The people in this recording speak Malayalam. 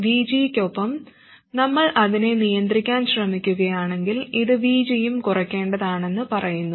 VG ക്കൊപ്പം നമ്മൾ അതിനെ നിയന്ത്രിക്കാൻ ശ്രമിക്കുകയാണെങ്കിൽ ഇത് VG യും കുറയ്ക്കേണ്ടതാണെന്ന് പറയുന്നു